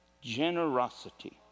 Generosity